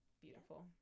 beautiful